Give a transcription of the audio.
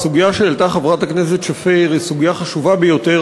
הסוגיה שהעלתה חברת הכנסת שפיר היא סוגיה חשובה ביותר,